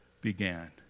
began